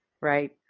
right